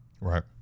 Right